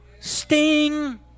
Sting